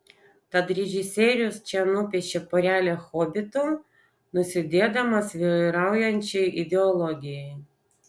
tad režisierius čia nupiešia porelę hobitų nusidėdamas vyraujančiai ideologijai